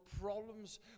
problems